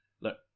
look